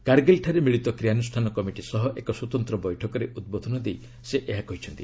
କାର୍ଗିଲ୍ଠାରେ ମିଳିତ କ୍ରିୟାନୁଷ୍ଠାନ କମିଟି ସହ ଏକ ସ୍ୱତନ୍ତ ବୈଠକରେ ଉଦ୍ବୋଧନ ଦେଇ ସେ ଏହା କହିଛନ୍ତି